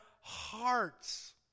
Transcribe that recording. hearts